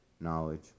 knowledge